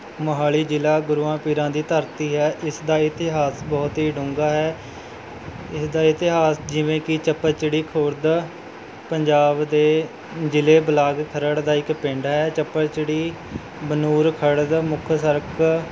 ਮੋਹਾਲੀ ਜ਼ਿਲ੍ਹਾ ਗੁਰੂਆਂ ਪੀਰਾਂ ਦੀ ਧਰਤੀ ਹੈ ਇਸ ਦਾ ਇਤਿਹਾਸ ਬਹੁਤ ਹੀ ਡੂੰਘਾ ਹੈ ਇਸ ਦਾ ਇਤਿਹਾਸ ਜਿਵੇਂ ਕਿ ਚੱਪੜਚਿੜੀ ਖੁਰਦ ਪੰਜਾਬ ਦੇ ਜ਼ਿਲ੍ਹੇ ਬਲਾਕ ਖਰੜ੍ਹ ਦਾ ਇੱਕ ਪਿੰਡ ਹੈ ਚੱਪੜਚਿੜੀ ਬਨੂੜ ਖਰੜ ਦਾ ਮੁੱਖ ਸੜਕ